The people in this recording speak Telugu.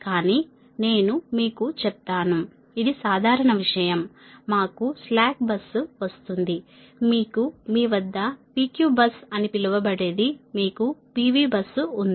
కానీ నేను మీకు చెప్తాను ఇది సాధారణ విషయం మాకు స్లాక్ బస్సు వస్తుంది మీకు మీ వద్ద P Q బస్సు అని పిలవబడేది మీకు P V బస్సు ఉంది